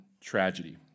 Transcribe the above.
tragedy